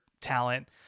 talent